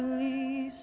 the